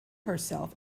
herself